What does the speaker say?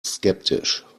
skeptisch